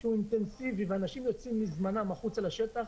שהוא אינטנסיבי ואנשים יוצאים מזמנם החוצה לשטח,